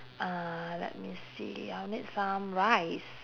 uh let me see I'll need some rice